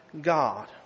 God